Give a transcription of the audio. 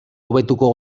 hobetuko